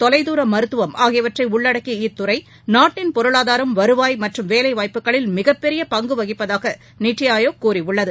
தொலைதூர மருத்துவம் ஆகியவற்றை உள்ளடக்கிய இத்துறை நாட்டின் பொருளாதாரம் வருவாய் மற்றும் வேலை வாய்ப்புகளில் மிகப்பெரிய பங்கு வகிப்பதாக நித்தி ஆயோக் கூறியுள்ளது